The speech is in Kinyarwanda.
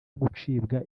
gucibwa